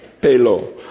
pelo